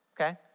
Okay